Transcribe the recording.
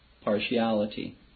partiality